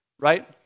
Right